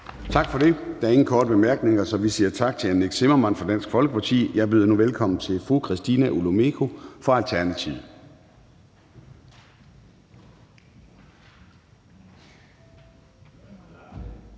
Gade): Der er ingen korte bemærkninger, så vi siger tak til hr. Nick Zimmermann fra Dansk Folkeparti. Jeg byder nu velkommen til fru Christina Olumeko fra Alternativet.